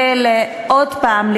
ועוד פעם,